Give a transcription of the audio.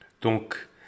Donc